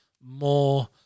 more